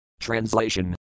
Translation